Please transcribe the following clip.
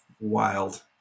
wild